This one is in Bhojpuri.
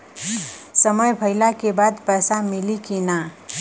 समय भइला के बाद पैसा मिली कि ना?